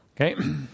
Okay